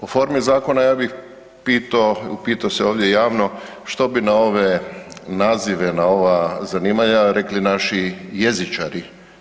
O formi zakona ja bih pito, upito se ovdje javno što bi na ove nazive na ova zanimanja rekli naši jezičari?